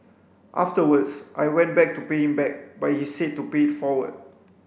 afterwards I went back to pay him back but he said to pay it forward